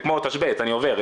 זה כמו תשבץ אני עובר,